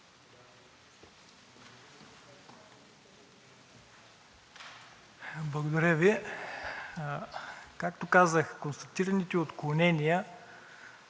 Благодаря Ви. Както казах, констатираните отклонения